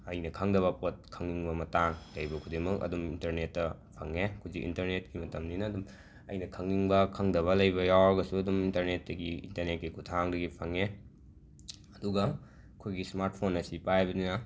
ꯑꯩꯅ ꯈꯪꯗꯕ ꯄꯣꯠ ꯈꯪꯅꯤꯡꯕ ꯃꯇꯥꯡ ꯂꯩꯕ ꯈꯨꯗꯤꯡꯃꯛ ꯑꯗꯨꯝ ꯏꯟꯇꯔꯅꯦꯠꯇ ꯐꯪꯉꯦ ꯍꯧꯖꯤꯛ ꯏꯟꯇꯔꯅꯦꯠꯀꯤ ꯃꯇꯝꯅꯤꯅ ꯑꯗꯨꯝ ꯑꯩꯅ ꯈꯪꯅꯤꯡꯕ ꯈꯪꯗꯕ ꯂꯩꯕ ꯌꯥꯎꯔꯒꯁꯨ ꯗꯨꯝ ꯏꯟꯇꯔꯅꯦꯠꯇꯒꯤ ꯏꯟꯇꯔꯅꯦꯠꯀꯤ ꯈꯨꯊꯥꯡꯗꯒꯤ ꯐꯪꯉꯦ ꯑꯗꯨꯒ ꯑꯩꯈꯣꯏꯒꯤ ꯁ꯭ꯃꯥꯠꯐꯣꯟ ꯑꯁꯤ ꯄꯥꯏꯕꯅꯤꯅ